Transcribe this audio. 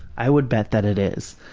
i would bet that it is.